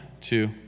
two